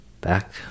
back